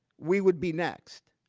we would be next.